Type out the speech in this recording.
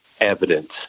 evidence